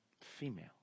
female